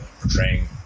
portraying